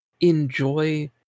enjoy